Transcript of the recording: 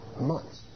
Months